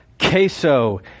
queso